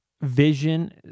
vision